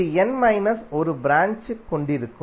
இது n minus ஒரு branch கொண்டிருக்கும்